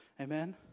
Amen